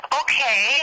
okay